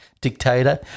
dictator